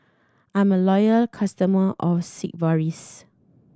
I'm a loyal customer of Sigvaris